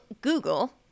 Google